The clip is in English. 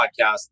podcast